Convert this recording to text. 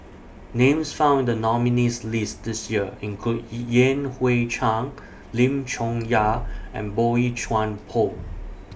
Names found in The nominees' list This Year include Yan Hui Chang Lim Chong Yah and Boey Chuan Poh